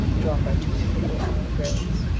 drawn by two beautiful iron greys,